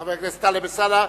חבר הכנסת טלב אלסאנע,